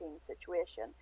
situation